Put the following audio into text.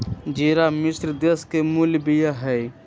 ज़िरा मिश्र देश के मूल बिया हइ